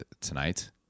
tonight